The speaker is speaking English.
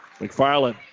McFarland